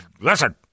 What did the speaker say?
listen